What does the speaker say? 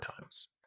times